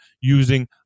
using